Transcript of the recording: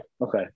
okay